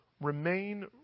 Remain